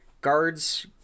Guards